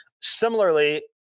Similarly